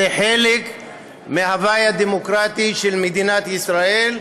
זה חלק מההווי הדמוקרטי של מדינת ישראל,